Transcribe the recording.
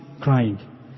crying